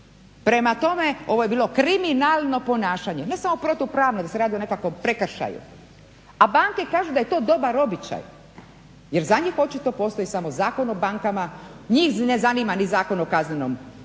Prema tome, ovo je bilo kriminalno ponašanje, ne samo protupravno jer se radi o nekakvom prekršaju, a banke kažu da je to dobar običaj jer za njih očito postoji samo Zakon o bankama. Njih ne zanima ni Zakon o kaznenom postupku